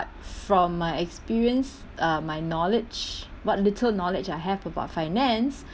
from my experience uh my knowledge what little knowledge I have about finance